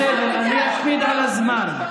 בסדר, אני אקפיד על הזמן.